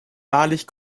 wahrlich